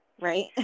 right